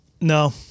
No